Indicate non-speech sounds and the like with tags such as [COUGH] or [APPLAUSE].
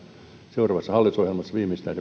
seuraavassa hallitusohjelmassa viimeistään [UNINTELLIGIBLE]